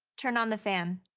turn on the fan.